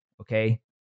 okay